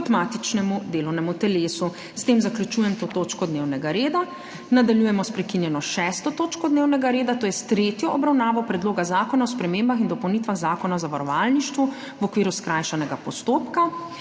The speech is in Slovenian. kot matičnemu delovnemu telesu. S tem zaključujem to točko dnevnega reda. Nadaljujemo sprekinjeno 6. točko dnevnega reda, to je s tretjo obravnavo Predloga zakona o spremembah in dopolnitvah Zakona o zavarovalništvu v okviru skrajšanega postopka.